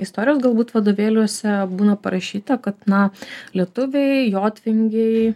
istorijos galbūt vadovėliuose būna parašyta kad na lietuviai jotvingiai